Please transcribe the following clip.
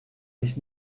sich